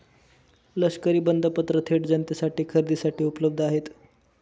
लष्करी बंधपत्र थेट जनतेसाठी खरेदीसाठी उपलब्ध आहेत